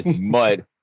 mud